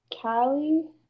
Cali